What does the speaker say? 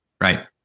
Right